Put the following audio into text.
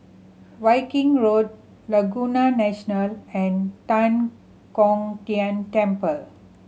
Viking Road Laguna National and Tan Kong Tian Temple